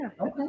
Okay